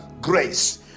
grace